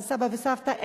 זה סבא וסבתא.